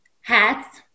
hats